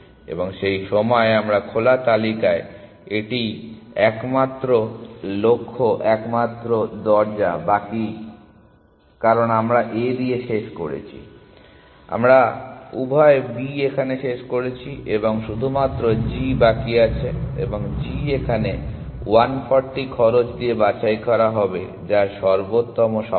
এবং সেই সময়ে আমাদের খোলা তালিকায় এটিই একমাত্র লক্ষ্য একমাত্র দরজা বাকি কারণ আমরা A দিয়ে শেষ করেছি আমরা উভয় B এখানে শেষ করেছি এবং শুধুমাত্র g বাকি আছে এবং g এখানে 140 খরচ দিয়ে বাছাই করা হবে যা সর্বোত্তম সমাধান